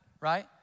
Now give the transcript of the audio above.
right